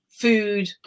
food